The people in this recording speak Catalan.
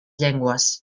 llengües